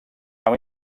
amb